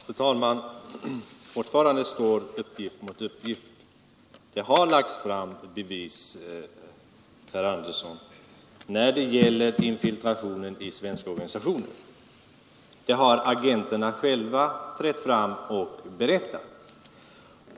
Fru talman! Fortfarande står uppgift mot uppgift. Det har lagts fram Ang. den s.k. bevis, herr Andersson, när det gäller infiltrationen i svenska organisatioinformationsbyråns ner. Det har agenterna själva trätt fram och berättat.